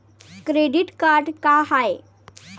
Credit card का हाय?